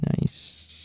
nice